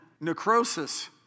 Necrosis